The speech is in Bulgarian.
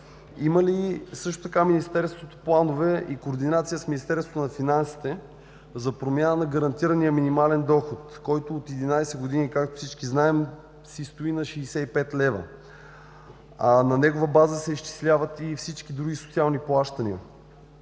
мобилност. Министерството има ли планове и координация с Министерството на финансите за промяна на гарантирания минимален доход, който от 11 години, както всички знаем, си стои на 65 лв.? На негова база се изчисляват и всички други социални плащания.